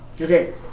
Okay